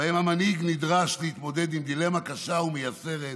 שבו המנהיג נדרש להתמודד עם דילמה קשה ומייסרת: